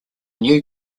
new